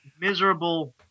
miserable